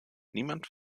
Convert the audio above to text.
niemand